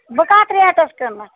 بہٕ کَتھ ریٹَس کٕنہٕ